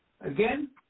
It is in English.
again